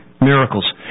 miracles